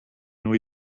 know